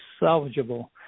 salvageable